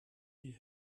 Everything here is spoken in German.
die